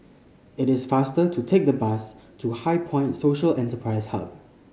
it is faster to take the bus to HighPoint Social Enterprise Hub